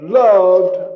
loved